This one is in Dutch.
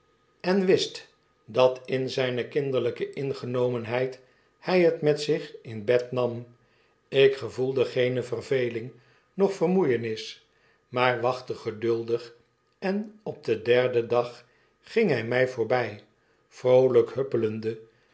en wist dat in zijne kinderlijke ingenomenheid hjj het met zich in bed nam ik gevoelde geene verveling noch vermoeienis maar wachtte geduldig en op den derden dag ging hy my voorby vroolyk